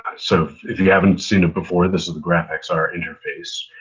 so if you haven't seen it before, this is the graphxr interface.